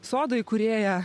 sodo įkūrėją